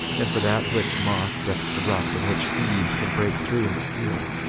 and for that which moth doth corrupt and which thieves can break through and steal.